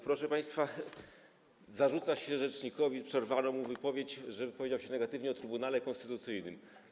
Proszę państwa, zarzuca się rzecznikowi - przerwano mu wypowiedź - że wypowiedział się negatywnie o Trybunale Konstytucyjnym.